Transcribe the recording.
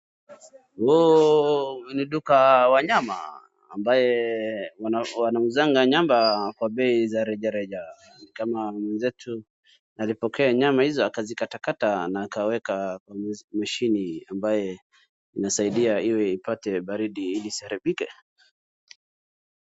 Huu ni duka wa nyama ambaye wanauzanga nyama kwa bei za rejareja, kama mwenzetu alipokea nyama hizo akazikatakata na akaweka kwa mashini ambaye inasaaidie iyo ipate baridi ili isiharibike.